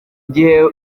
gihe